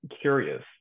curious